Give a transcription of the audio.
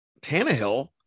Tannehill